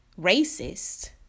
racist